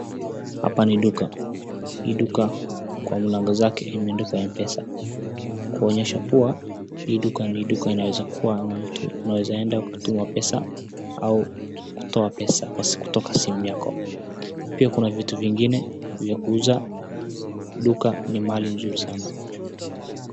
Hapa ni duka, hii duka kwa mlango zake imeandikwa mpesa, kuonyesha kuwa hii duka ni duka inaweza kuwa na mtu. Unaweza enda kutuma pesa au kutoa pesa kutoka simu yako, pia kuna vitu zingine za kuuza, duka ni mahali nzuri sana.